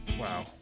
wow